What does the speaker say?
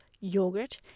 yogurt